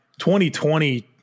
2020